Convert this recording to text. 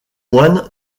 moine